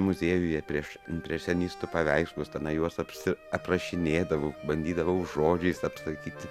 muziejuje prieš impresionistų paveikslus tenai juos apsi aprašinėdavau bandydavau žodžiais apsakyti